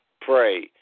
pray